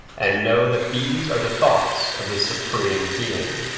and know that these are the thoughts of the supreme being.